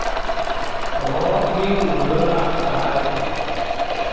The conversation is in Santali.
ᱨᱚᱲ ᱜᱮᱢ ᱨᱟᱹᱲᱟᱜ ᱠᱷᱟᱡ